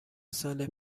سال